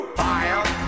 fire